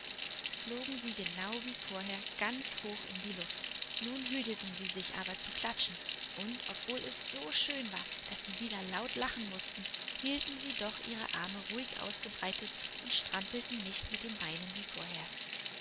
flogen sie genau wie vorher ganz hoch in die luft nun hüteten sie sich aber zu klatschen und obwohl es so schön war daß sie wieder laut lachen mußten hielten sie doch ihre arme ruhig ausgebreitet und strampelten nicht mit den beinen wie vorher